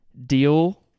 deal